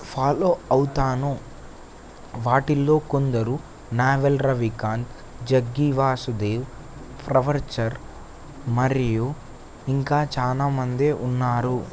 follow అవుతాను వాటిల్లో కొందరు నావెల్ రవికాంత్ జగ్గీ వాసుదేవ్ ప్రవర్చర్ మరియు ఇంకా చాలా మంది ఉన్నారు